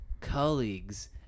colleagues